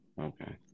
Okay